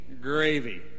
gravy